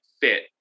fit